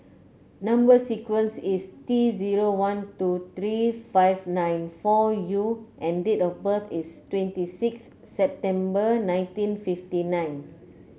number sequence is T zero one two three five nine four U and date of birth is twenty six September nineteen fifty nine